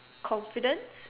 confidence